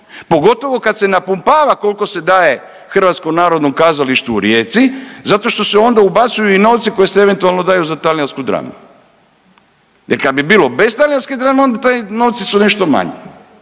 pogotovo kad se napumpava kolko se daje HNK u Rijeci zato što se onda ubacuju i novci koji se eventualno daju za talijansku dramu jer kad bi bilo bez talijanske drame onda ti novci su nešto manji,